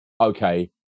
okay